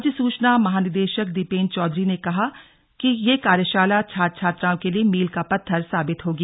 राज्य सुचना महानिदेशक दीपेन्द्र चौधरी ने कहा कि यह कार्यशाला छात्र छात्राओं के लिए मील का पत्थर साबित होगी